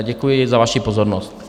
Děkuji za vaši pozornost.